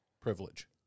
privilege